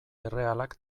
errealak